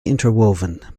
interwoven